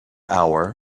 hour